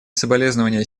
соболезнования